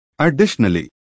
Additionally